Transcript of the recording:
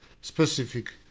specific